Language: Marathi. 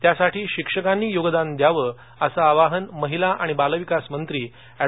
त्यासाठी शिक्षकांनी योगदान द्यावं असं आवाहन महिला आणि बालविकास मंत्री एड